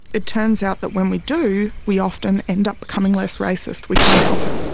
it turns out that when we do, we often end up becoming less racist, we can't help it.